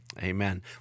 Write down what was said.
Amen